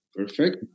Perfect